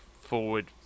forward